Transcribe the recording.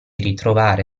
ritrovare